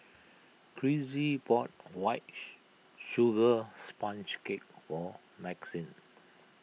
Crissy bought White Sugar Sponge Cake for Maxine